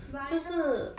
but I know